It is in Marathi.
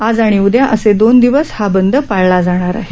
आज आणि उदया असा दोन दिवस हा बंद पाळला जाणार आहे